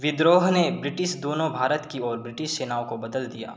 विद्रोह ने ब्रिटिश दोनों भारत की ओर ब्रिटिश सेनाओं को बदल दिया